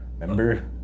Remember